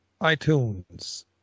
iTunes